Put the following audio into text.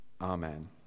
Amen